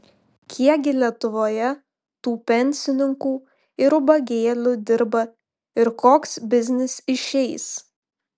kiek gi lietuvoje tų pensininkų ir ubagėlių dirba ir koks biznis išeis